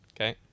Okay